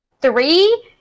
three